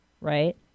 right